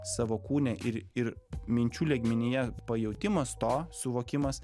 savo kūne ir ir minčių lygmenyje pajautimas to suvokimas